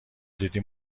دیدی